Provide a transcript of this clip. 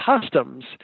Customs